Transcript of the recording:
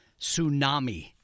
tsunami